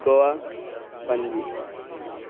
Goa Panaji